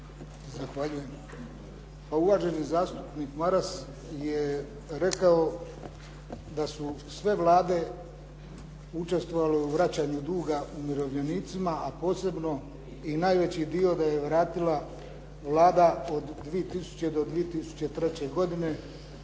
Zahvaljujem. Pa uvaženi zastupnik Maras je rekao da su sve vlade učestvovale u vraćanju duga umirovljenicima, a posebno i najveći dio da je vratila Vlada od 2000. do 2003. godine,